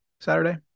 Saturday